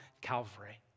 Calvary